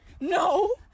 No